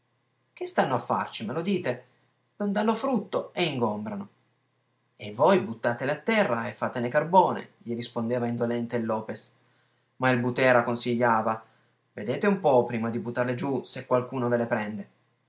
che stanno a farci me lo dite non danno frutto e ingombrano e voi buttatele a terra e fatene carbone gli rispondeva indolente il lopes ma il butera consigliava vedete un po prima di buttarle giù se qualcuno ve le prende